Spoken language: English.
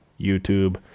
YouTube